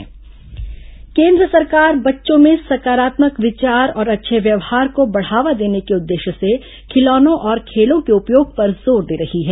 नई शिक्षा नीति केन्द्र सरकार बच्चों में सकारात्मक विचार और अच्छे व्यवहार को बढ़ावा देने के उद्देश्य से खिलौनों और खेलों के उपयोग पर जोर दे रही है